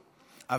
אבל עכשיו,